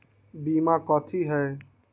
बीमा कथी है?